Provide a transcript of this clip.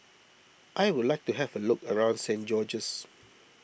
I would like to have a look around Saint George's